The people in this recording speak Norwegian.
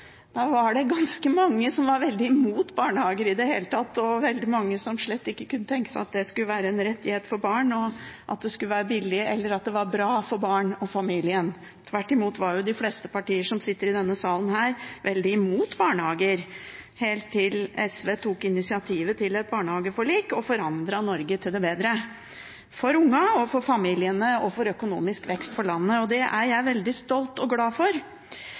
hele tatt, og veldig mange som slett ikke kunne tenke seg at det skulle være en rettighet for barn, at det skulle være billig, eller at det var bra for barn og familien. Tvert imot var de fleste partier som sitter i denne salen, veldig imot barnehager helt til SV tok initiativet til et barnehageforlik og forandret Norge til det bedre – for ungene, for familiene og for økonomisk vekst for landet. Det er jeg veldig stolt av og glad for.